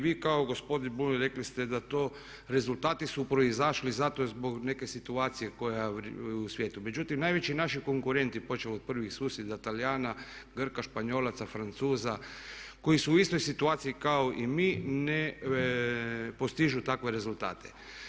Vi kao i gospodin Bulj rekli ste da to rezultati su proizašli zato zbog neke situacije koja je u svijetu, međutim najveći naši konkurenti počev od prvih susjeda Talijana, Grka, Španjolaca, Francuza koji su u istoj situaciji kao i mi ne postižu takve rezultate.